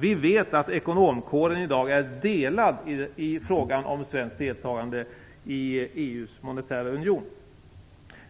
Vi vet att ekonomkåren i dag är delad i fråga om svenskt deltagande i EU:s monetära union.